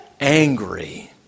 angry